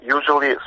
Usually